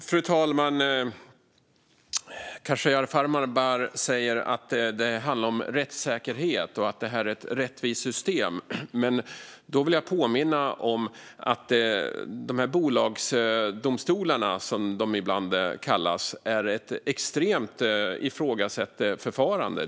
Fru talman! Khashayar Farmanbar säger att det handlar om rättssäkerhet och att det här är ett rättvist system. Men då vill jag påminna om att bolagsdomstolarna, som de ibland kallas, är ett extremt ifrågasatt förfarande.